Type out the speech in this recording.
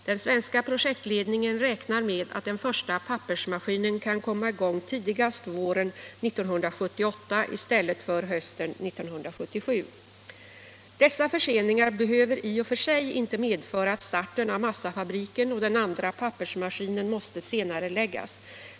Den svenska projektledningen räknar med att den första pappersmaskinen kan komma i gång tidigast våren 1978 i stället för hösten 1977. Dessa förseningar behöver i och för sig inte medföra att starten av massafabriken och den andra pappersmaskinen måste senareläggas.